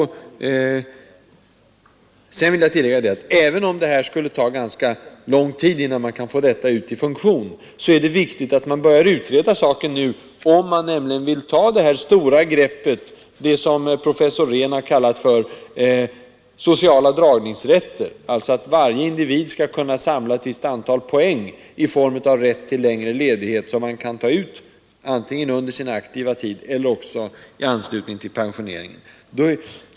Sedan vill jag tillägga att även om det skulle ta ganska lång tid innan man kan få ut detta i funktion, är det viktigt att man börjar utreda saken nu. Jag syftar då på det stora grepp som Gösta Rehn kallat sociala dragningsrätter, vilket innebär att varje individ skall kunna samla ett visst antal poäng i form av rätt till längre ledighet, som man kan ta ut antingen under sin aktiva tid eller i anslutning till pensioneringen.